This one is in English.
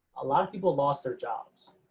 a lot of people lost their jobs,